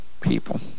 people